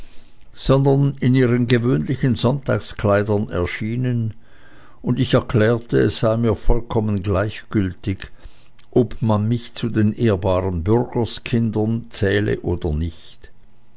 sondern in ihren gewöhnlichen sonntagskleidern erschienen und ich erklärte es sei mir vollkommen gleichgültig ob man mich zu den ehrbaren bürgerskindern zähle oder nicht